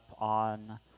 on